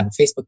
Facebook